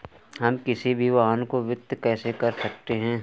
हम किसी भी वाहन को वित्त कैसे कर सकते हैं?